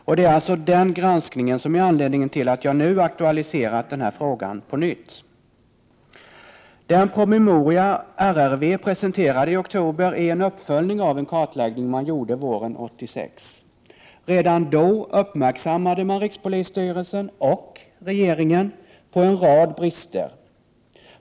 Och det är alltså den granskningen som är anledningen till att jag nu aktualiserat den här frågan på nytt. Den promemoria som RRV presenterade i oktober är en uppföljning av en kartläggning man gjorde våren 1986. Redan då uppmärksammade man rikspolisstyrelsen — och regeringen — på en rad brister.